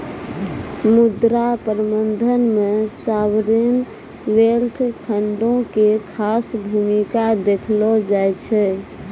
मुद्रा प्रबंधन मे सावरेन वेल्थ फंडो के खास भूमिका देखलो जाय छै